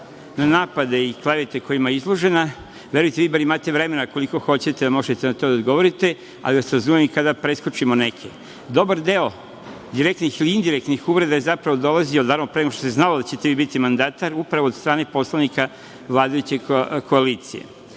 na napade i klevete kojima je izložena, verujte, vi bar imate vremena koliko hoćete i možete na to da odgovorite, ali vas razumem i kada preskočimo neke. Dobar deo direktnih ili indirektnih uvreda je, zapravo, dolazio davno pre nego što se znalo da ćete vi biti mandatar, upravo od strane poslanika vladajuće koalicije. Bilo